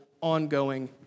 ongoing